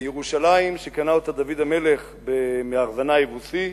ירושלים, שקנה אותה דוד המלך מארונה היבוסי,